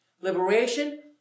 Liberation